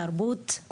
תרבות.